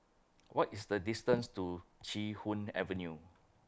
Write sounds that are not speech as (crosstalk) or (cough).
What IS The (noise) distance to Chee Hoon Avenue